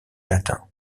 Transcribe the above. latin